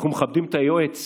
אנחנו מכבדים את היועץ